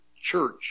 church